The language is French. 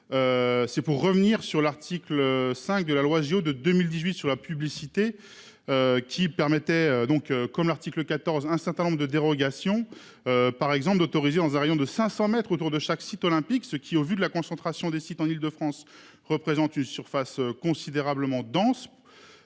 C'est pour revenir sur l'article 5 de la loi JO de 2018 sur la publicité. Qui permettait donc comme l'article 14, un certain nombre de dérogations. Par exemple d'autoriser dans un rayon de 500 mètres autour de chaque site olympique. Ce qui au vu de la concentration des sites en Île-de-France représentent une surface considérablement.